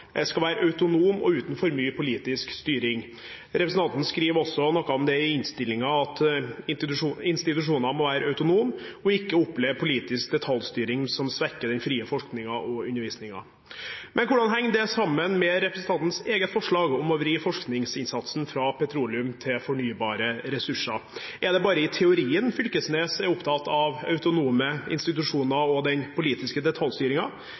utdanningsinstitusjoner skal være autonome og uten for mye politisk styring. Representanten skriver også noe om det i innstillingen, at institusjonene må være autonome og ikke oppleve politisk detaljstyring som svekker den frie forskningen og undervisningen. Men hvordan henger det sammen med representantens eget forslag om å vri forskningsinnsatsen fra petroleum til fornybare ressurser? Er det bare i teorien Knag Fylkesnes er opptatt av autonome institusjoner og den politiske